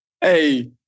Hey